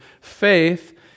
faith